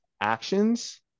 actions